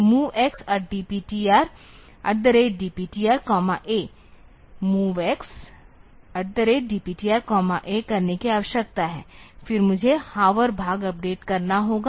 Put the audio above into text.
तो मुझे एक MOVX DPTR A करने की आवश्यकता है फिर मुझे हावर भाग अपडेट करना होगा